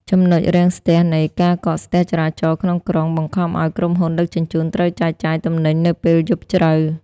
ចំណុចរាំងស្ទះនៃ "ការកកស្ទះចរាចរណ៍ក្នុងក្រុង" បង្ខំឱ្យក្រុមហ៊ុនដឹកជញ្ជូនត្រូវចែកចាយទំនិញនៅពេលយប់ជ្រៅ។